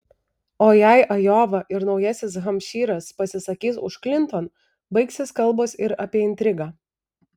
o jei ajova ir naujasis hampšyras pasisakys už klinton baigsis kalbos ir apie intrigą